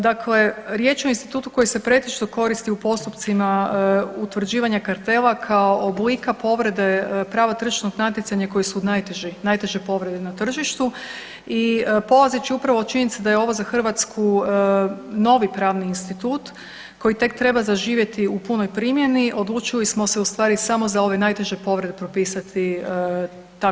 Dakle, riječ je o institutu koji se pretežno koristi u postupcima utvrđivanja kartela kao oblika povrede prava tržišnog natjecanja koji su najteži, najteže povrede na tržištu i polazeći upravo od činjenice da je ovo za Hrvatsku novi pravni institut koji tek treba zaživjeti u punoj primjeni odlučili smo se u stvari samo za ove najteže povrede propisati takvu mogućnost.